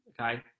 okay